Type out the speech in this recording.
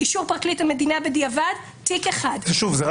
אישור פרקליט המדינה בדיעבד?